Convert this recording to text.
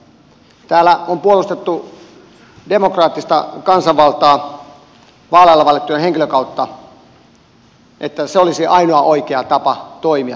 täällä on puolustettu demokraattista kansanvaltaa vaaleilla valittujen henkilöiden kautta että se olisi ainoa oikea tapa toimia tässä maassa